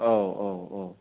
औ औ औ